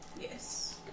Yes